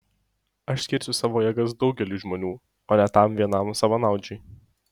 aš skirsiu savo jėgas daugeliui žmonių o ne tam vienam savanaudžiui